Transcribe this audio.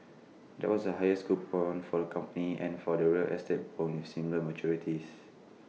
that was the highest coupon for the company and for the real estate bonds with similar maturities